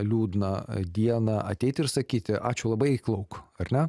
liūdną dieną ateiti ir sakyti ačiū labai eik lauk ar ne